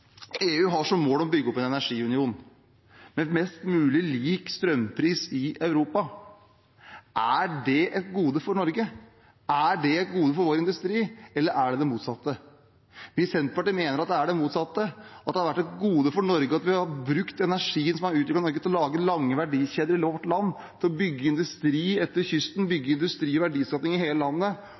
EU har som mål å bygge opp en energiunion med mest mulig lik strømpris i Europa. Er det et gode for Norge? Er det et gode for vår industri, eller er det det motsatte? Vi i Senterpartiet mener at det er det motsatte, at det har vært et gode for Norge at vi har brukt energien som er utviklet i Norge, til å lage lange verdikjeder i vårt land – for å bygge industri langs kysten, bygge industri og verdiskaping i hele landet